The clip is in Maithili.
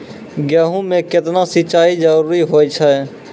गेहूँ म केतना सिंचाई जरूरी होय छै?